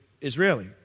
Israeli